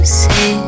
say